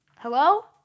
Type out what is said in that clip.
Hello